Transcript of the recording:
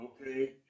Okay